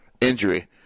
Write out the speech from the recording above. injury